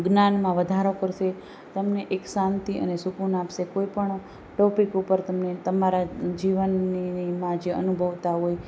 જ્ઞાનમાં વધારો કરશે તમને એક શાંતિ અને સુકૂન આપશે કોઈ પણ ટોપિક ઉપર તમારા જીવનનેમાં જે અનુભવતા હોય